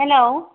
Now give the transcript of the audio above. hello